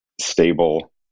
stable